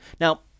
Now